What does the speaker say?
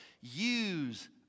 Use